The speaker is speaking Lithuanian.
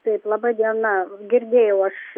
taip laba diena girdėjau aš